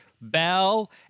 Bell